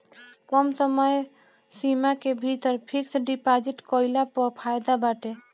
कम समय सीमा के भीतर फिक्स डिपाजिट कईला पअ फायदा बाटे